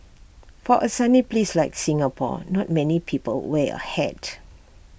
for A sunny place like Singapore not many people wear A hat